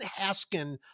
Haskin